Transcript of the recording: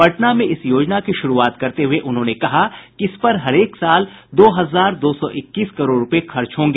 पटना में इस योजना की शुरूआत करते हुए उन्होंने कहा कि इसपर हरेक साल दो हजार दो सौ इक्कीस करोड़ रुपये खर्च होगा